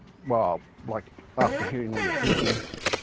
well like after hearing all your teachings,